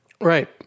Right